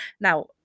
Now